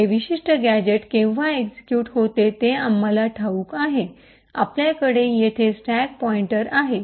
हे विशिष्ट गॅझेट केव्हा एक्सिक्यूट होते हे आम्हाला ठाऊक आहे आपल्याकडे येथे स्टॅक पॉईंटर आहे